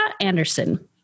Anderson